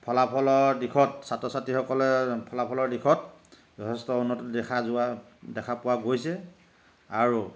ফলাফলৰ দিশত ছাত্ৰ ছাত্ৰীসকলে ফলাফলৰ দিশত যথেষ্ট উন্নতি দেখা যোৱা দেখা পোৱা গৈছে আৰু